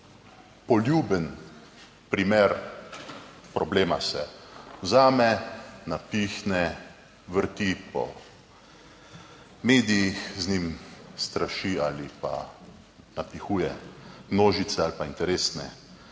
Poljuben primer problema, se vzame, napihne, vrti po medijih, z njim straši ali pa napihuje množice ali pa interesne